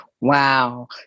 Wow